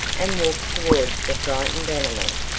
and walked towards the frightened animal.